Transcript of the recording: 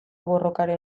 borrokaren